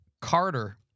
Carter